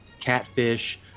catfish